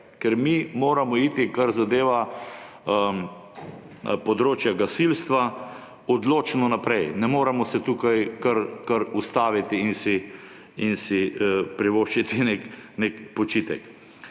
Ker mi moramo iti, kar zadeva področje gasilstva, odločno naprej. Ne moremo se tukaj kar ustaviti in si privoščiti nekega počitka.